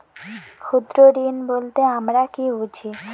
ক্ষুদ্র ঋণ বলতে আমরা কি বুঝি?